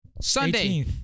Sunday